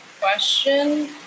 question